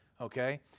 okay